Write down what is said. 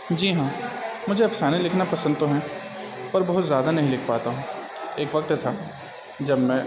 جی ہاں مجھے افسانے لکھنا پسند تو ہے پر بہت زیادہ نہیں لکھ پاتا ہوں ایک وقت تھا جب میں